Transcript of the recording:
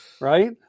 right